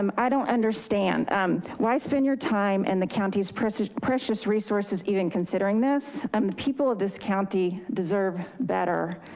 um i don't understand why spend your time and the county's precious precious resources, even considering this and um the people of this county deserve better.